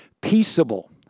Peaceable